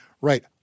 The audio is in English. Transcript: right